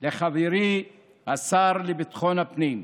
לחברי השר לביטחון הפנים,